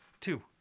Two